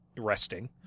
resting